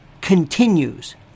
continues